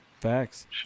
facts